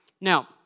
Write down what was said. Now